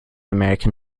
american